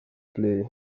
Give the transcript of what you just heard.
play